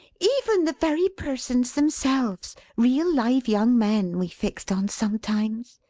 even the very persons themselves real live young men we fixed on sometimes,